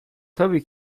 tabii